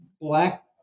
black